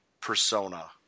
persona